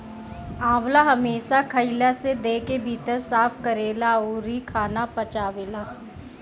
आंवला हमेशा खइला से देह के भीतर से साफ़ करेला अउरी खाना पचावेला